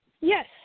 Yes